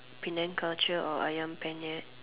Penang culture or ayam-penyet